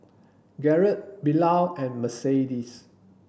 Garret Bilal and Mercedes